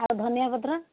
ଆଉ ଧନିଆପତ୍ର